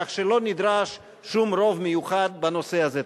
כך שלא נדרש שום רוב מיוחד בנושא הזה.